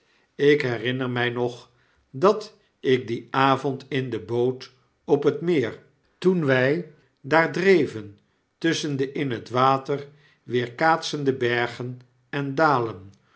ik herinner my nog dat ik dien avond in de boot op het meer toe wy daar dreven tusschen de in het water weerkaatsende bergen en dalen